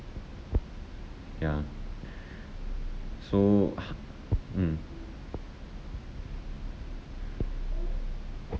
ya so h~ hmm